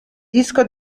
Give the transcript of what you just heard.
disco